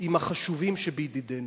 עם החשובים שבידידינו.